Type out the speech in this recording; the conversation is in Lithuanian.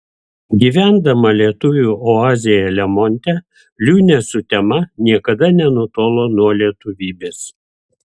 gyvendama lietuvių oazėje lemonte liūnė sutema niekada nenutolo nuo lietuvybės